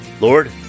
Lord